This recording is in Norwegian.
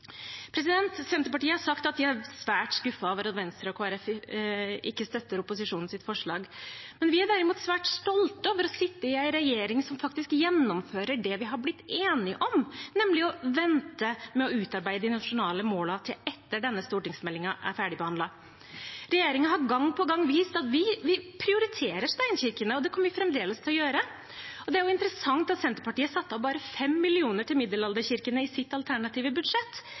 Senterpartiet har sagt at de er svært skuffet over at Venstre og Kristelig Folkeparti ikke støtter opposisjonens forslag. Vi er derimot stolte av å sitte i en regjering som faktisk gjennomfører det vi har blitt enige om, nemlig å vente med å utarbeide de nasjonale målene til etter at denne stortingsmeldingen er ferdigbehandlet. Regjeringen har gang på gang vist at de prioriterer steinkirkene, og det kommer de fremdeles til å gjøre. Det er interessant at Senterpartiet har satt av bare 5 mill. kr til middelalderkirkene i sitt alternative budsjett,